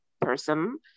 person